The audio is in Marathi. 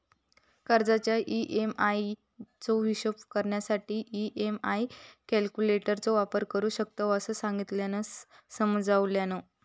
कर्जाच्या ई.एम्.आई चो हिशोब करण्यासाठी ई.एम्.आई कॅल्क्युलेटर चो वापर करू शकतव, असा संगीतानं समजावल्यान